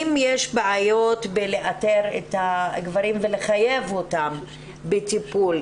אם יש בעיות בלאתר את הגברים ולחייב אותם בטיפול,